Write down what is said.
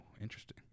interesting